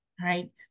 right